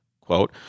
Quote